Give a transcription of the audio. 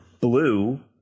Blue